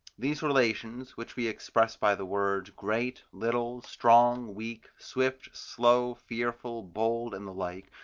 these relations, which we express by the words, great, little, strong, weak, swift, slow, fearful, bold, and the like,